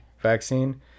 vaccine